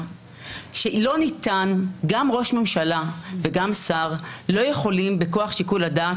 שגם ראש ממשלה וגם שר לא יכולים בכוח שיקול הדעת